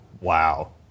Wow